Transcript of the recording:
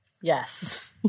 Yes